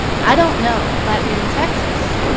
i don't know, but in texas,